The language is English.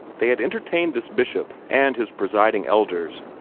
they had entertained this bishop and his presiding elders,